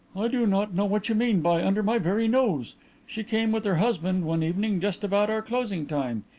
i do not know what you mean by under my very nose she came with her husband one evening just about our closing time.